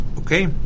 Okay